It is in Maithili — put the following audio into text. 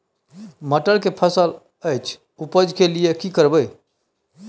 मटर के फसल अछि उपज के लिये की करबै?